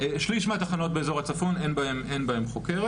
בשליש מהתחנות באזור הצפון אין בהן חוקרת.